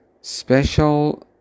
special